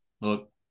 Look